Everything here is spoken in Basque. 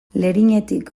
lerinetik